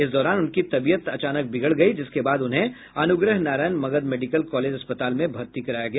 इस दौरान उनकी तबीयत अचानक बिगड़ गयी जिसके बाद उन्हें अनुग्रह नारायण मगध मेडिकल कॉलेज अस्पताल में भर्ती कराया गया